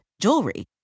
jewelry